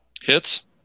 Hits